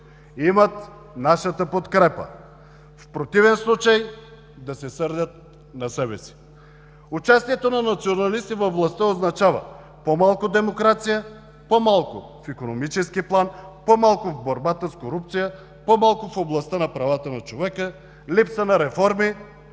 имат нашата подкрепа. В противен случай да се сърдят на себе си. Участието на националисти във властта означава по-малко демокрация – по-малко в икономически план, по-малко в борбата с корупцията, по-малко в областта на правата на човека, липса на реформи,